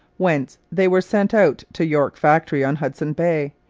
whence they were sent out to york factory on hudson bay,